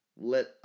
let